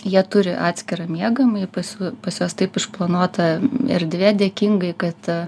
jie turi atskirą miegamąjį pas juo pas juos taip išplanuota erdvė dėkingai kad